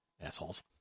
assholes